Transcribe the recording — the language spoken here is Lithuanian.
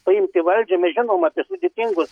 paimti valdžią žinomus ir sudėtingus